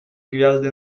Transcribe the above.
gwiazdy